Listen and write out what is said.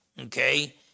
okay